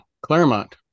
Claremont